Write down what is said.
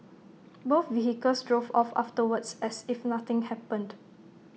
both vehicles drove off afterwards as if nothing happened